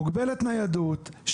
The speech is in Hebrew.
מוגבלת ניידות,